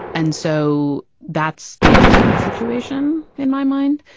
and so that's the ideal situation in my mind.